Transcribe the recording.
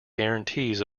guarantees